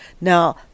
Now